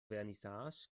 vernissage